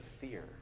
fear